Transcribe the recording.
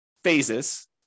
phases